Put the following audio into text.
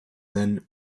then